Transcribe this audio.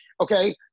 Okay